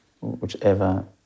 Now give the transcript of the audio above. whichever